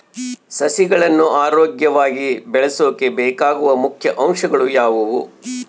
ಸಸಿಗಳನ್ನು ಆರೋಗ್ಯವಾಗಿ ಬೆಳಸೊಕೆ ಬೇಕಾಗುವ ಮುಖ್ಯ ಅಂಶಗಳು ಯಾವವು?